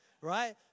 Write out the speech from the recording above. right